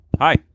Hi